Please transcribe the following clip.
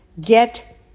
get